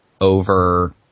over